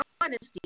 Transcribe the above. honesty